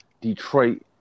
Detroit